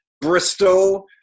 Bristol